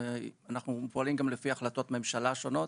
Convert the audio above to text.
אנחנו פועלים גם לפי החלטות ממשלה שונות,